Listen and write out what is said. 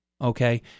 okay